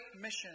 mission